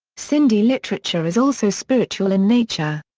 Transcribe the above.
sindhi literature is also spiritual in nature.